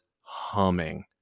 humming